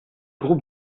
groupes